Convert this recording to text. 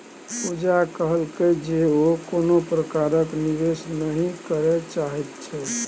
पूजा कहलकै जे ओ कोनो प्रकारक निवेश नहि करय चाहैत छै